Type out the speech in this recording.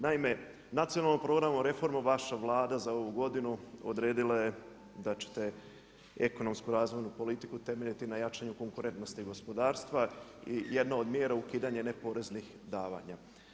Naime, nacionalnom programu reforme vaša Vlada za ovu godinu odredila je da ćete ekonomsku razvojnu politiku temeljiti na jačanju konkurentnosti i gospodarstva i jedna od mjera je ukidanje neporeznih davanja.